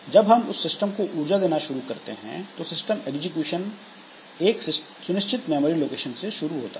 जब हम सिस्टम को ऊर्जा देना शुरू करते हैं तो सिस्टम एग्जीक्यूशन एक सुनिश्चित मेमोरी लोकेशन से शुरू होता है